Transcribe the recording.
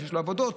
יש עבודות,